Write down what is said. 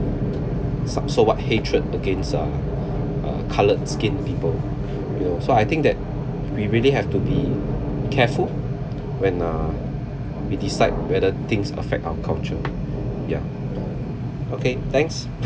sub~ so what hatred against uh uh colored skin people you know so I think that we really have to be careful when uh we decide whether things affect our culture ya okay thanks